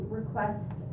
request